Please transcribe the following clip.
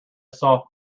soft